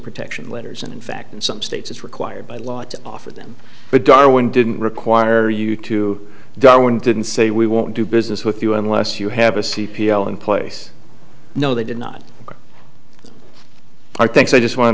protection letters and in fact in some states it's required by law to offer them but darwin didn't require you to darwin didn't say we won't do business with you unless you have a c p o in place no they did not get our thanks i just want